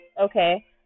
okay